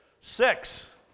Six